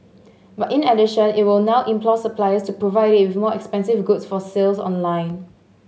but in addition it will now implore suppliers to provide it with more expensive goods for sales online